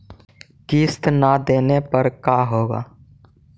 किस्त न देबे पर का होगा?